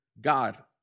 God